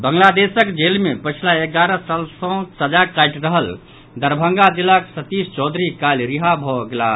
बांग्लादेशक जेल मे पछिला एगारह साल सँ सजा काटि रहल दरभंगा जिलाक सतीश चौधरी कल्हि रिहा भऽ गेलाह